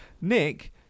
Nick